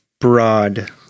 broad